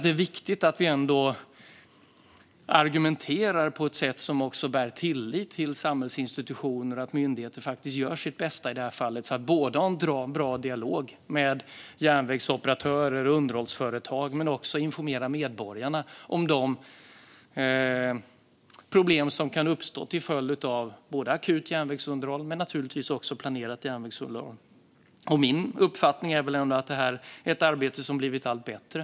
Det är viktigt att vi ändå argumenterar på ett sätt som också bär tillit till samhällsinstitutioner, det vill säga att myndigheter faktiskt gör sitt bästa i det här fallet för att ha en bra dialog med järnvägsoperatörer och underhållsföretag samt informera medborgarna om de problem som kan uppstå till följd av akut järnvägsunderhåll och planerat järnvägsunderhåll. Min uppfattning är att det är ett arbete som har blivit allt bättre.